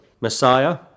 Messiah